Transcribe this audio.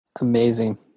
Amazing